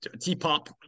T-POP